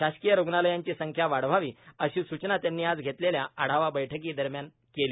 शासकीय रुग्णालयांची संख्या वाढवावी अशी सूचना त्यांनी आज घेतलेल्या आढावा बैठकी दरम्यान केली